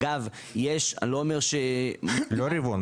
לא רבעון.